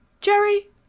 Jerry